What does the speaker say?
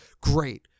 Great